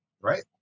Right